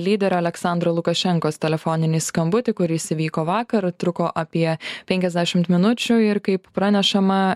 lyderio aleksandro lukašenkos telefoninį skambutį kuris įvyko vakar truko apie penkiasdešimt minučių ir kaip pranešama